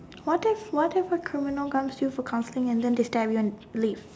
what if what if a criminal comes to you for counselling and then they stab you and leave